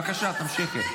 בבקשה, תמשיכי.